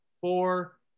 four